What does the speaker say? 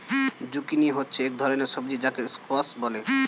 zucchini হচ্ছে এক ধরনের সবজি যাকে স্কোয়াশ বলে